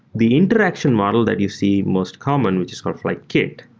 the interaction model that you see most common, which is called flyte kit,